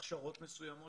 הכשרות מסוימות